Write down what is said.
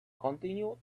continued